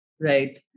Right